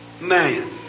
man